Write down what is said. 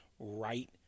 right